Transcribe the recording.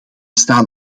staan